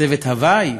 צוות הווי?